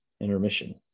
intermission